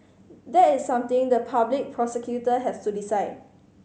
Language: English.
that is something the public prosecutor has to decide